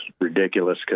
ridiculous